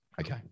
Okay